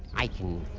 i can